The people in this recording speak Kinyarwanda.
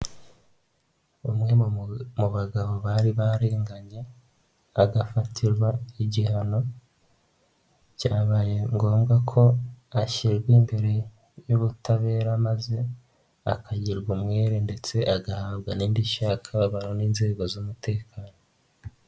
Bamwe mu bagabo bari barenganye agafatirwa igihano byabaye ngombwa ko ashyirwa imbere y'ubutabera maze akagirwa umwere ndetse agahabwa n'indishyi y'akababaro n'inzego z'umutekano.